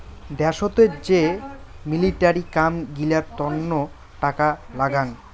দ্যাশোতের যে মিলিটারির কাম গিলার তন্ন টাকা লাগাং